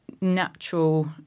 natural